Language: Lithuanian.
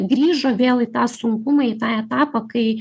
grįžo vėl į tą sunkumą į tą etapą kai